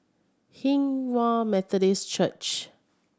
Hinghwa Methodist Church